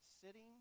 sitting